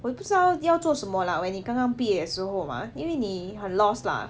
我不知道要做什么啦 when 你刚刚毕业时候 mah 因为你很 lost lah